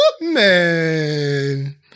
Man